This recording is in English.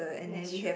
that's true